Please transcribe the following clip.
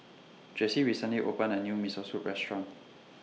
Jessy recently opened A New Miso Soup Restaurant